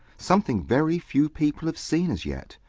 something very few people have seen as yet.